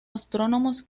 astrónomos